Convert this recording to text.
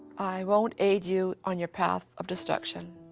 i won't aid you on your path of destruction.